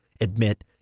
admit